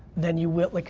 then you will, like.